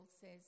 says